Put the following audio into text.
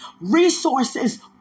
resources